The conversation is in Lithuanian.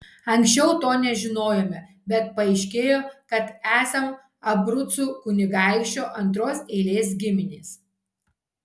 anksčiau to nežinojome bet paaiškėjo kad esam abrucų kunigaikščio antros eilės giminės